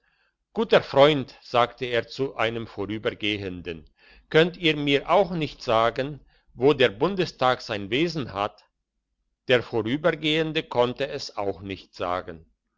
guter freund sagte er zu einem vorbeigehenden könnt ihr mir auch nicht sagen wo der bundestag sein wesen hat der vorübergehende konnte es auch nicht sagen